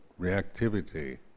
reactivity